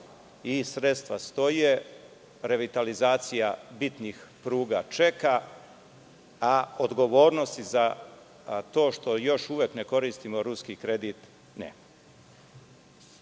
i sredstva stoje, revitalizacija bitnih pruga čeka, a odgovornosti za to što još uvek ne koristimo ruski kredit